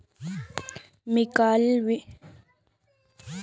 मी काल विकलांगता बीमार बारे जानकारी इकठ्ठा करनु